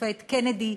השופט קנדי,